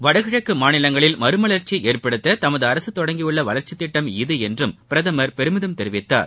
வடகிழக்கு மாநிலங்களில் மறுமலா்ச்சியை ஏற்படுத்த தமது அரசு தொடங்கியுள்ள வளா்ச்சித் திட்டம் இது என்றும் பிரதமர் பெருமிதம் தெரிவித்தார்